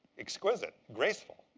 exquisite. graceful.